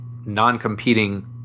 non-competing